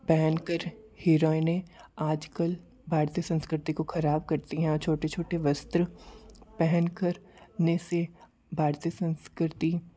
पहनकर हीरोइने आजकल भारतीय संस्कृति को खराब करती हैं छोटे छोटे वस्त्र पहनकर ने से भारतीय संस्कृति